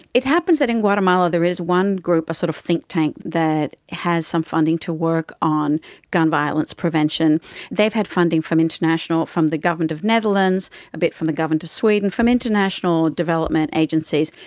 it happens that in guatemala there is one group, a sort of think-tank that has some funding to work on gun violence prevention they've had funding from international, from the government of the netherlands, a bit from the government of sweden, from international development agencies.